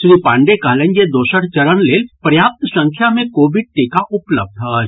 श्री पांडेय कहलनि जे दोसर चरण लेल पर्याप्त संख्या मे कोविड टीका उपलब्ध अछि